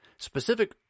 Specific